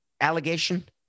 allegation